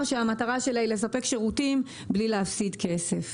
כאשר המטרה היא לספק שירותים בלי להפסיד כסף.